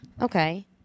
okay